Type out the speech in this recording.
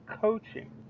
coaching